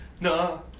No